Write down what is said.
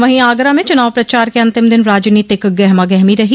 वहीं आगरा में चुनाव प्रचार के अंतिम दिन राजनीतिक गहमा गहमी रही